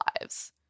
lives